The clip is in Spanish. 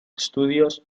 studios